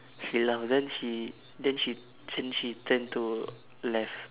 she laugh then she then she then she turn to left